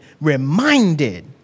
reminded